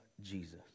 Jesus